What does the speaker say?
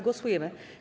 Głosujemy.